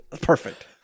Perfect